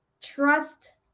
trust